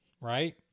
right